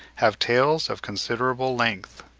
have tails of considerable length.